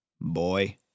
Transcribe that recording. Boy